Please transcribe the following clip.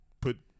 put